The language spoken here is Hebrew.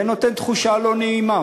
זה נותן תחושה לא נעימה.